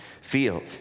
field